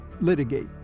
litigate